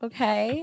Okay